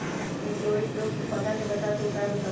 निककरोलीसिस रोग से पौधा के बचाव के उपाय बताऊ?